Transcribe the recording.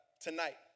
tonight